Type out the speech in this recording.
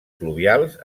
fluvials